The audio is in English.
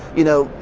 you know,